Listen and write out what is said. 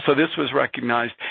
so this was recognized.